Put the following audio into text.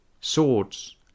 Swords